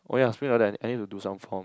oh ya speaking of that I need to do some form